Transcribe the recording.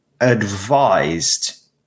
advised